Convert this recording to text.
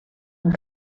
een